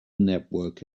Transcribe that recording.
network